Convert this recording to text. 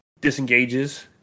disengages